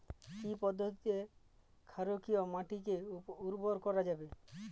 কি পদ্ধতিতে ক্ষারকীয় মাটিকে উর্বর করা যাবে?